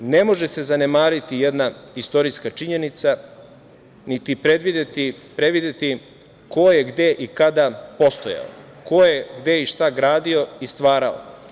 Dakle, ne može se zanemariti jedna istorijska činjenica, niti prevideti ko je gde i kada postojao, ko je gde i šta gradio i stvarao.